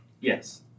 Yes